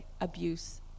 abuse